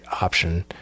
option